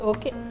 Okay